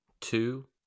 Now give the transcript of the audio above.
two